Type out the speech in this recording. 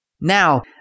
Now